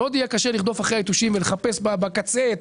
מאוד יהיה קשה לרדוף אחרי היתושים ולחפש בקצה את